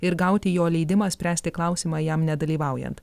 ir gauti jo leidimą spręsti klausimą jam nedalyvaujant